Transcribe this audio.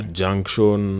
junction